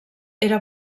era